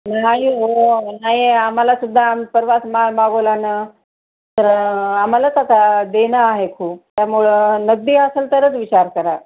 नाही हो नाही आम्हाला सुद्धा परवाच माल मागवला नं तर आम्हालाच आता देणं आहे खूप त्यामुळं नगदी असेल तरच विचार करा